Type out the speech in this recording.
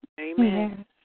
Amen